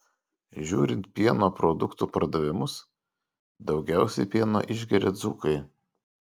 žiūrint pieno produktų pardavimus daugiausiai pieno išgeria dzūkai